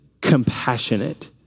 compassionate